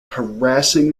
harassing